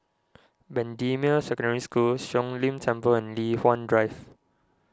Bendemeer Secondary School Siong Lim Temple and Li Hwan Drive